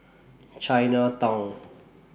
Chinatown